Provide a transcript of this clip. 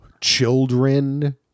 children